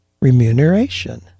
remuneration